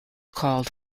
called